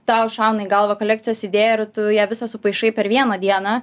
tau šauna į galvą kolekcijos idėja ir tu ją visą sumaišai per vieną dieną